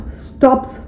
stops